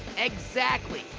exactly.